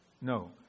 no